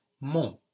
mon